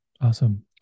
Awesome